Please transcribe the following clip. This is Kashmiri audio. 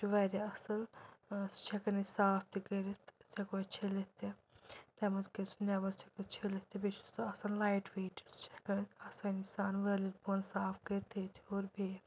سُہ چھُ واریاہ اَصٕل سُہ چھ ہٮ۪کان أسۍ صاف تہِ کٔرِتھ سُہ ہٮ۪کَو أسۍ چھٔلِتھ تہِ تمہِ منٛز کڑو سُہ نیٚبر سُہ ہٮ۪کَو چھٔلِتھ تہِ بیٚیہِ چھُ سُہ آسان لایٹ ویٹ سُہ چھ ہٮ۪کان آسٲنی سان وٲلِتھ بۄن صاف کٔرِتھ ییٚتہِ ہیور بیٚیہِ